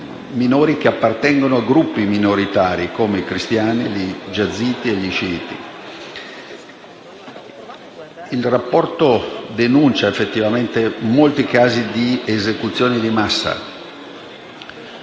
minori che appartengono a gruppi minoritari come cristiani, yazidi e sciiti. Il rapporto denuncia effettivamente molti casi di esecuzione di massa